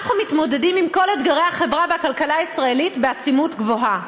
אנחנו מתמודדים עם כל אתגרי החברה והכלכלה הישראלית בעצימות גבוהה.